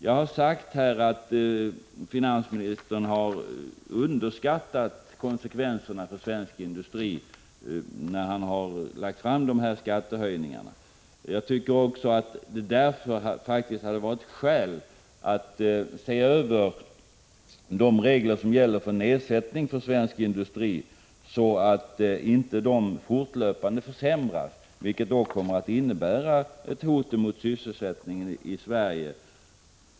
Jag har påstått att finansministern har underskattat konsekvenserna för svensk industri när han föreslagit de här skattehöjningarna. Jag tycker därför att det hade funnits skäl att se över de regler för skattenedsättning som gäller för svensk industri så att de inte fortlöpande försämras. Det skulle innebära ett ganska olyckligt hot mot sysselsättningen i Sverige.